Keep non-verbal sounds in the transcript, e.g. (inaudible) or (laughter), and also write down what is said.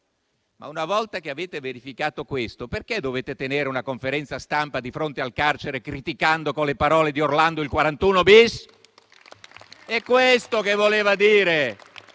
una volta che avete verificato questo, perché dovete tenere una conferenza stampa di fronte al carcere criticando, con le parole di Orlando, il 41-*bis*? (applause)